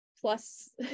plus